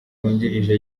wungirije